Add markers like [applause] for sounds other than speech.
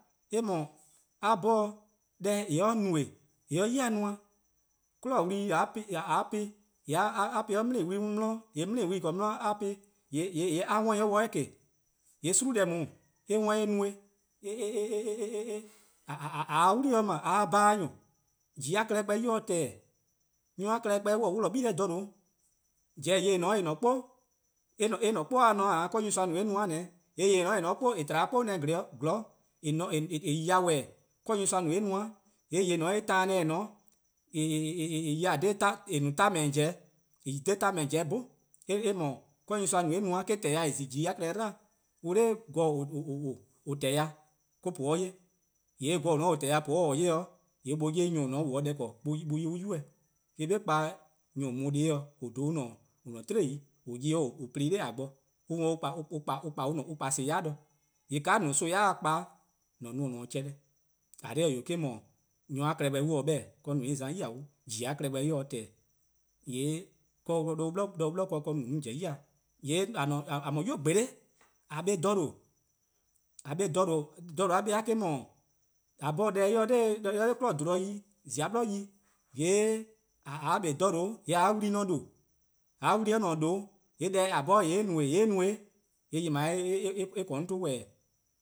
Eh :mor a 'bhorn deh :eh 'ye-a nno-eh :eh ;ye-a 'yi-dih :nmor, 'kwi'nehbo: wli+ [hesitation] :mor :a po-ih, :yee' a po-ih 'de mleen [hesitation] wlu+ 'di, :yee' 'mleen wlu+ :en :korn 'di a po-ih-a, :yee' a worn-ih dih 'weh :n-ehke, :yee' 'kpa-gwie: :deh :daa eh 'worn eh no-eh. [hesitation] :a se 'wlii 'ble :a se bhaan-nyor:+, :jii:-a klehkpeh se :teneh-dih:, nyor+-a klehkpeh an-a' 'wluh-dih 'gle :dha :due':jii-eh :en :ne-a 'kpo, eh-: 'kpo :ne-eh :dao' :kaa nyorsoa no eh no-a :neh 'o, :yee' :yeh eh [hesitation] tba 'o [hesitation] 'zorn dih [hesitation] :eh :ne-a 'o :eh 'yi-e ya :wehbeh:, ka nyorsoa no eh no-a, :yee' :yeh :eh :ne-a 'o eh taan :neh-a 'o [hesitation] 'torn :beh-dih: :jii-eh:, :eh 'yi-a dha 'torn :beh-dih: :jii-eh 'bhorn eh :mor ka nyorsoa ka nyorsoa no eh no-a eh-: :tehn ya :eh :zi :jii:a klehkpeh 'dlu-dih, on 'da gor. [hesitation] :or :tehn-a ya or-: pobor'-a 'ye, :yee' gor :dao' :or :tehn-a ya :pobor'-a 'ye-a-a', :yee' 'nyi on 'ye nyor+ :on se-a deh 'ble an-a 'yueh, eh-: :korn 'be 'kpa nyor+ :an mu-a deh+-dih :an dhen :an-a' 'tiei' :an ya-ih 'de 'de :an plo-ih-a nor :a bo, on 'worn [hesitation] on 'worn an kpa son+ 'yai 'gabaa, :yee' :ka :on no-a son yai'-a kpa-a :an no-a deh chehn-eh, :eh :korn dhih-eh 'wee', nyor+-a klehkpeh on se 'beh-dih, ka 'on no-eh :za-a' tior' 'on :jii:-a kleh teneh-dih:, :yee' [hesitation] 'de on 'blik a on no 'on pobo: 'de :yee' :a mor 'nynuu: :gbolo'+ :a 'kpa :dha :due', :a 'kpa :dha :due, :dha :due' 'kpa-eh eh-: 'dhu, :a 'bhorn [hesitation] deh 'ye 'nor 'kwi'nehbo: :bluhba ken yi, :zia 'bli yi, :mor :a 'kpa :dha :due' :yee' :a wlu+ :ne :due', :mor :a-a' wlu :ne :due' :yee' deh :a 'bhorn :eh 'ye-e no-eh :yee' eh no-eh, :yee' :yeh :dao' eh :korn 'on 'ton :wehbeh;